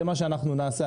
זה מה שאנחנו נעשה.